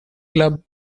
club